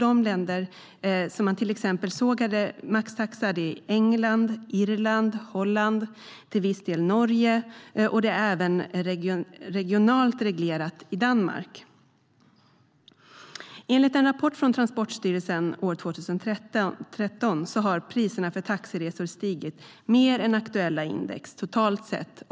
De länder som man såg hade maxtaxa var till exempel England, Irland, Holland, till viss del Norge, och det är även reglerat regionalt i Danmark. Enligt en rapport från Transportstyrelsen 2013 har priserna för taxiresor stigit mer än aktuella index även totalt sett.